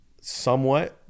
Somewhat